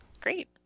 Great